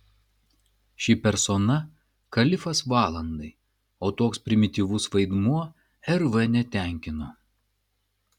ši persona kalifas valandai o toks primityvus vaidmuo rv netenkino